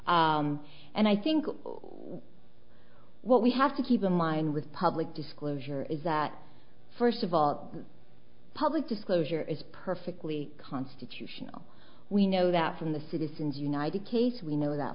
and i think what we have to keep in mind with public disclosure is that first of all public disclosure is perfectly constitutional we know that from the citizens united case we know that